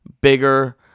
bigger